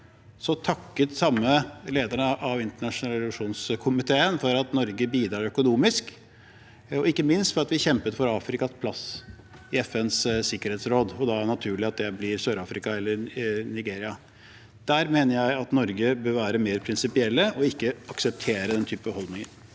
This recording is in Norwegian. takket den samme lederen av International Relations komiteen for at Norge bidrar økonomisk, og ikke minst for at vi kjemper for Afrikas plass i FNs sikkerhetsråd, og da er det naturlig at det blir Sør-Afrika eller Nigeria. Der mener jeg at Norge bør være mer prinsipielle og ikke akseptere den type holdninger.